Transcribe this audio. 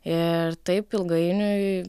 ir taip ilgainiui